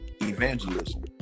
evangelism